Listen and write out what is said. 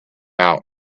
out